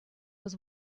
was